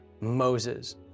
Moses